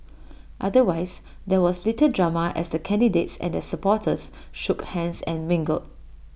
otherwise there was little drama as the candidates and their supporters shook hands and mingled